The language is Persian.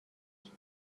چیز